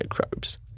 microbes